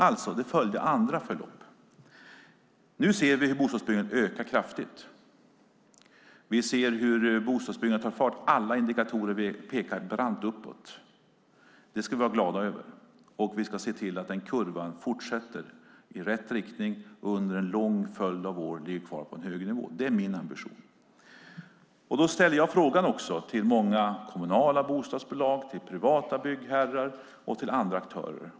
Det hela följde alltså andra förlopp. Nu ser vi hur bostadsbyggandet ökar kraftigt. Vi ser hur det tar fart. Alla indikatorer pekar brant uppåt. Det ska vi vara glada över. Vi ska se till att kurvan fortsätter i rätt riktning och under en lång följd av år ligger kvar på en hög nivå. Det är min ambition. Jag ställer frågan till många kommunala bostadsbolag, till privata byggherrar och till andra aktörer.